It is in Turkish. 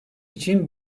için